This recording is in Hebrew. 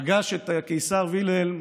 פגש את הקיסר וילהלם